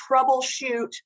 troubleshoot